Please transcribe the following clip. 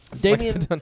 Damien